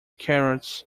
carrots